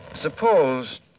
suppose